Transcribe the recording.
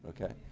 Okay